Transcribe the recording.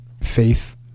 faith